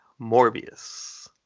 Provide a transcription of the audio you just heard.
Morbius